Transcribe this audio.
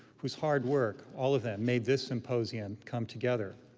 whose hard work, all of them, made this symposium come together.